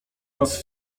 nas